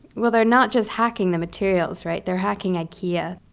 well, they're not just hacking the materials, right? they're hacking ikea.